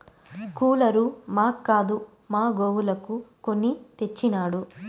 cooler మాక్కాదు మా గోవులకు కొని తెచ్చినాడు